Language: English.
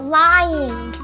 lying